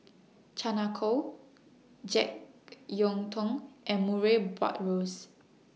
Chan Ah Kow Jek Yeun Thong and Murray Buttrose